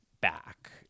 back